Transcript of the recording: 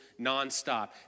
nonstop